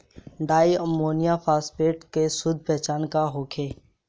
Di ammonium phosphate के शुद्ध पहचान का होखे?